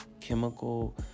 chemical